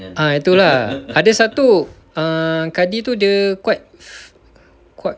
ah itu lah ada satu err kadi tu dia quite quite